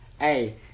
Hey